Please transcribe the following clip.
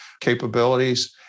capabilities